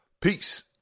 Peace